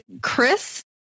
Chris